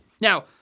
Now